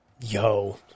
yo